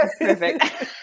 Perfect